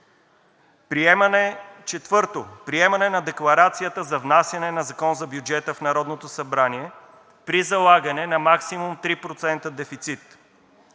приемане на декларацията за внасяне на Закон за бюджета в Народното събрание при залагане на максимум 3% дефицит.